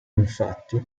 infatti